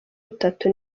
bitatu